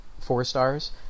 four-stars